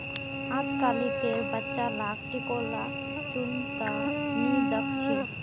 अजकालितेर बच्चा लाक टिकोला चुन त नी दख छि